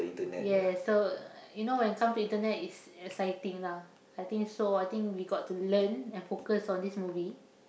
yes so you know when come to Internet is exciting lah I think so I think we got to learn and focus on this movie